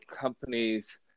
companies